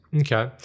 Okay